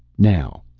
now,